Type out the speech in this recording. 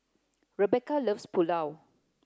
Rebecca loves Pulao